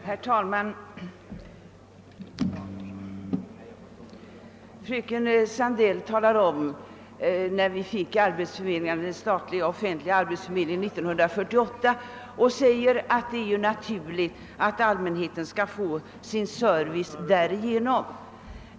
Herr talman! Fröken Sandell sade att efter tillkomsten av den statliga, offentliga arbetsförmedlingen, som ju inrättades 1948, så är det naturligt att allmänheten får sitt behov av service på området fyllt genom den.